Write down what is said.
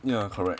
ya correct